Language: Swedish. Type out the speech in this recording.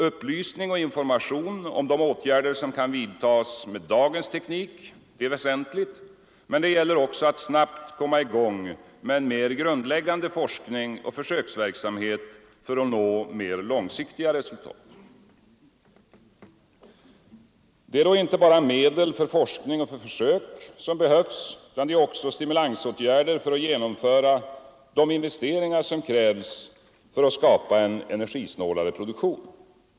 Upplysning och information om de åtgärder som kan vidtagas med dagens teknik är väsentliga, men det gäller också att snabbt komma i gång med en mer grundläggande forskning och försöksverksamhet för att nå mer långsiktiga resultat. Det är inte enbart medel för forskning och försök som behövs utan också stimulansåtgärder för att genomföra de investeringar som krävs för att skapa en energisnålare produktion.